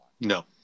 No